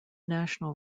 national